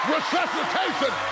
Resuscitation